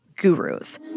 gurus